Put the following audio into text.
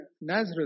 Nazareth